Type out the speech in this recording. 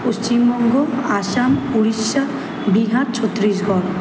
Paschimbanga Assam Orissa Bihar Chhattisgarh